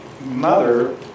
mother